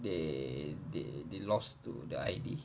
they they they lost to the I_D